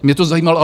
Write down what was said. Mě to zajímalo.